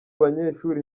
banyeshuri